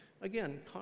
Again